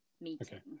meeting